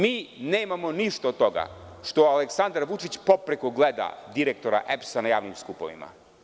Mi nemamo ništa od toga što Aleksandar Vučić popreko gleda direktora EPS-a na javnim skupovima.